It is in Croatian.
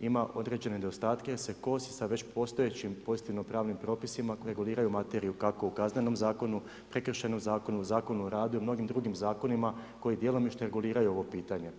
ima određene nedostatke, jer se kosi sa već postojećim pozitivno pravnim propisima, koji reguliraju materiju kako u Kaznenom zakonu, Prekršajnom zakonu, Zakonu o radu i mnogim drugim zakona, koji djelomično reguliraju ovo pitanje.